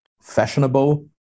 fashionable